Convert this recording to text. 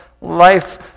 life